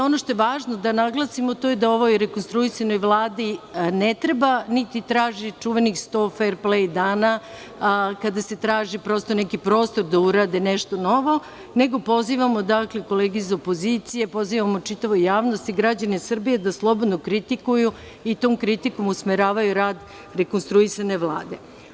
Ono što je važno da naglasimo je da rekonstruisanoj Vladi ne treba niti se traži sto fer plej dana, a kada se traži neki prostor da urade nešto novo, nego pozivamo kolege iz opozicije i čitavu javnost i građane Srbije da slobodno kritikuju i tom kritikom usmeravaju rad rekonstruisane Vlade.